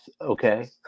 Okay